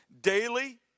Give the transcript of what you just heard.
daily